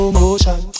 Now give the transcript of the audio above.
motion